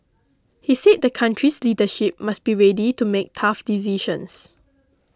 he said the country's leadership must be ready to make tough decisions